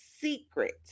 secret